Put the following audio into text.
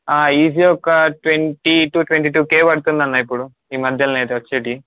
easy ఒక twenty to twenty two K పడుతుంది అన్న ఇప్పుడు ఈ మధ్యలో అయితే వచ్చేవి